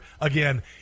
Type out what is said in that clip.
Again